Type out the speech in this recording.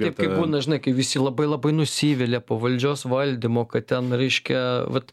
taip kaip būna žinai kai visi labai labai nusivilia po valdžios valdymo kad ten reiškia vat